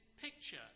picture